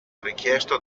richiesto